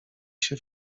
się